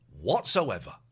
whatsoever